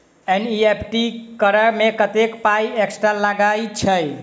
NEFT करऽ मे कत्तेक पाई एक्स्ट्रा लागई छई?